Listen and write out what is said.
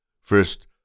First